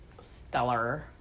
stellar